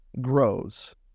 grows